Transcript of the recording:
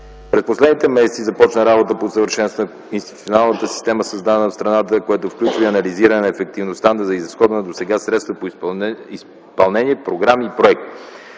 През последните месеци започна работа по усъвършенстването институционалната система създадена в страната, което включва и анализиране ефективността на изразходвани досега средства по изпълнени програмни проекти.